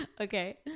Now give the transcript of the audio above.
Okay